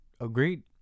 agreed